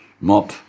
Mop